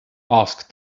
asked